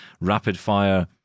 rapid-fire